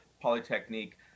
Polytechnique